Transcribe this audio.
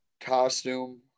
costume